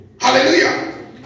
hallelujah